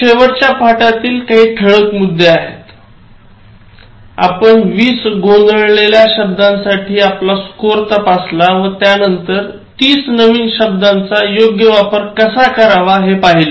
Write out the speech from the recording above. शेवटच्या पाठातील ठळक मुद्दे शेवटच्या पाठात आपण 20 गोंधळलेल्या शब्दांसाठी आपला स्कोर तपासला व त्यानंतर ३० नवीन शब्दांचा योग्य वापर कसा करावा हे पाहिलं